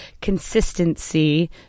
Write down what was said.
consistency